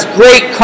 great